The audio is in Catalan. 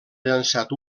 llançat